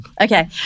Okay